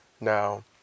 now